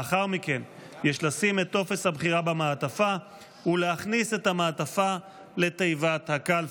לאחר מכן יש לשים את טופס הבחירה במעטפה ולהכניס את המעטפה לתיבת הקלפי.